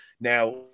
now